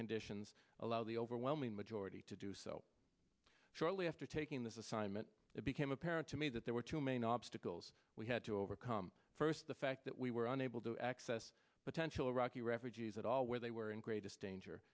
conditions allow the overwhelming majority to do so shortly after taking this assignment it became apparent to me that there were two main obstacles we had to overcome first the fact that we were unable to access potential iraqi refugees at all where they were in greatest danger